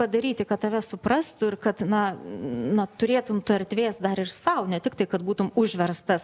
padaryti kad tave suprastų ir kad na na turėtum tu erdvės dar ir sau netiktai kad būtum užverstas